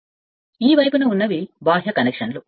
మరియు ఇది ఈ వైపుకు వెళ్ళిన బాహ్య కనెక్షన్లు